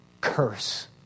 curse